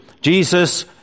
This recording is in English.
Jesus